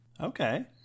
Okay